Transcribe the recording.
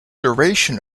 duration